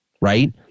right